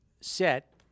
set